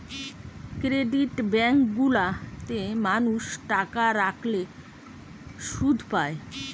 credit bank গুলা তে মানুষ টাকা রাখলে শুধ পায়